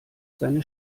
seine